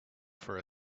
for